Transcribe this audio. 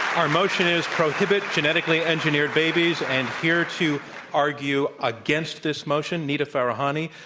our motion is, prohibit genetically engineered babies. and here to argue against this motion, nita farahany.